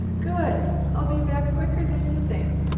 good! i'll be back quicker than you think.